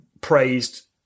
praised